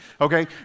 Okay